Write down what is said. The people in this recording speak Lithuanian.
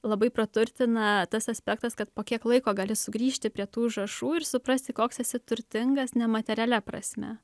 labai praturtina tas aspektas kad po kiek laiko gali sugrįžti prie tų užrašų ir suprasti koks esi turtingas ne materialia prasme